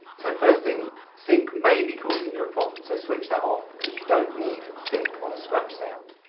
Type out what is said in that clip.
so first thing, sync may be causing your problem so switch that off because you don't need sync on a scratch sound.